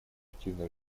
активное